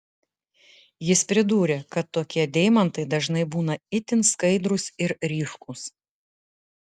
jis pridūrė kad tokie deimantai dažnai būna itin skaidrūs ir ryškūs